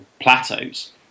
plateaus